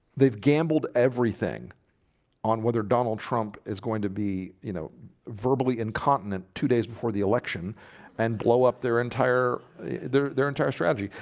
they've gambled everything on whether donald trump is going to be you know verbally incontinent two days before the election and blow up their entire their their entire strategy,